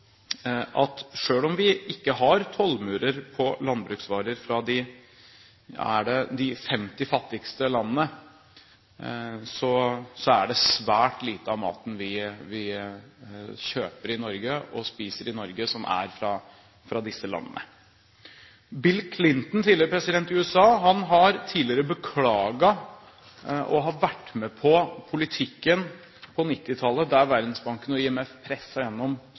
at selv om vi ikke har tollmurer på landbruksvarer fra de 50 fattigste landene, er det svært lite av maten vi kjøper i Norge og spiser i Norge, som er fra disse landene. Bill Clinton, tidligere president i USA, har tidligere beklaget å ha vært med på politikken på 1990-tallet der Verdensbanken og IMF